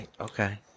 okay